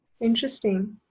Interesting